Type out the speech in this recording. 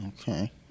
Okay